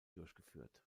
durchgeführt